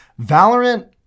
Valorant